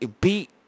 beat